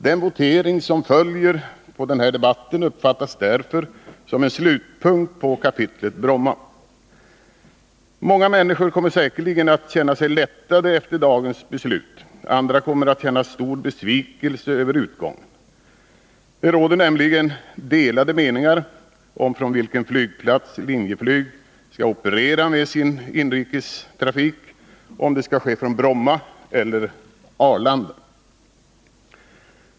Den votering som följer på den här debatten uppfattas därför som en slutpunkt på kapitlet Bromma. Många människor kommer säkerligen att känna sig lättade efter dagens beslut. Andra kommer att känna stor besvikelse över utgången. Det råder nämligen delade meningar om från vilken flygplats Linjeflyg skall operera med sin inrikestrafik, om det skall ske från Bromma eller Arlanda.